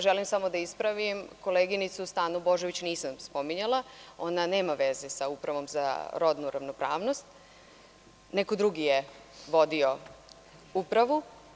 Želim samo da ispravim, koleginicu Stanu Božović nisam spominjala, ona nema veze sa Upravom za rodnu ravnopravnost, neko drugi je vodio Upravu.